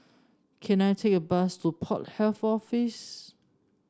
can I take a bus to Port Health Office